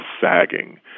sagging